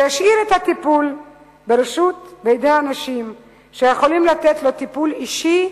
שישאיר את הטיפול ברשות בידי האנשים שיכולים לתת לה טיפול אישי,